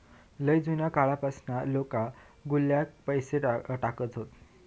लय जुन्या काळापासना लोका गुल्लकात पैसे टाकत हत